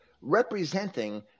representing